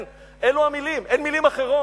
כן, אלו המלים, אין מלים אחרות.